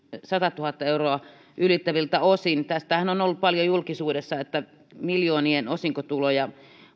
satatuhatta euroa ylittäviltä osin tästähän on ollut paljon julkisuudessa että miljoonien osinkotuloja